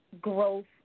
growth